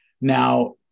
Now